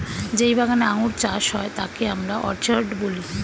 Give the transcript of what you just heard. যেই বাগানে আঙ্গুর চাষ হয় তাকে আমরা অর্চার্ড বলি